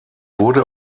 wurde